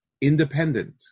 independent